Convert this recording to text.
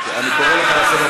ואמר לה: אני אמרח אותך על הרצפה.